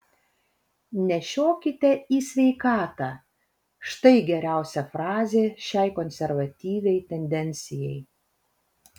nešiokite į sveikatą štai geriausia frazė šiai konservatyviai tendencijai